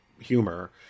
humor